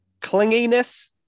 clinginess